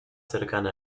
cercana